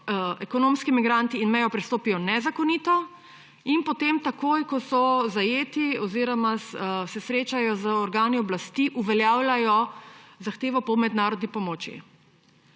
ekonomski migranti in mejo prestopijo nezakonito; in potem takoj, ko so zajeti oziroma se srečajo z organi oblasti, uveljavljajo zahtevo po mednarodni zaščiti.